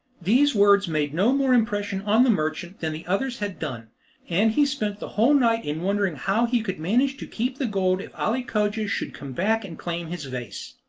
these words made no more impression on the merchant than the others had done and he spent the whole night in wondering how he could manage to keep the gold if ali cogia should come back and claim his vase.